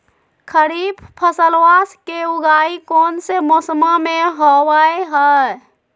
खरीफ फसलवा के उगाई कौन से मौसमा मे होवय है?